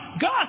God